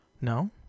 No